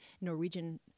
Norwegian